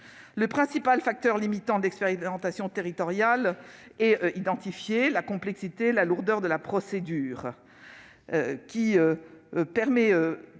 Le principal facteur limitant l'expérimentation territoriale est identifié : la complexité et la lourdeur de la procédure pour